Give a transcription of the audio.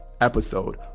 episode